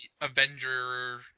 Avenger